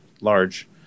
large